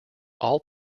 all